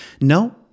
no